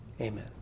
Amen